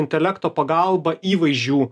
intelekto pagalba įvaizdžių